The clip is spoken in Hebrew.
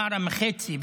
למעלה מחצי,